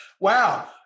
Wow